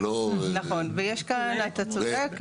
נכון אתה צודק,